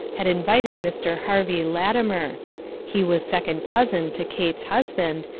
had invited mr. harvey latimer he was second cousin to kate's husband,